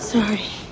Sorry